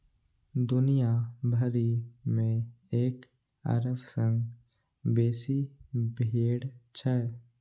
दुनिया भरि मे एक अरब सं बेसी भेड़ छै